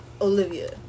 Olivia